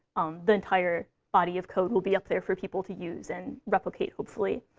um the entire body of code will be up there for people to use and replicate, hopefully.